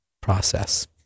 process